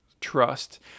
trust